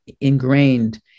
ingrained